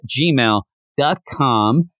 gmail.com